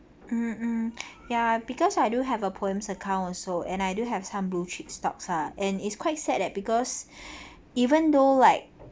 mm mm ya because I do have a POEMS account also and I do have some blue chips stocks ah and it's quite sad that because even though like